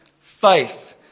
faith